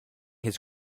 his